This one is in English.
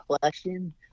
collection